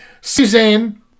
Suzanne